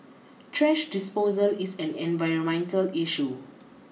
trash disposal is an environmental issue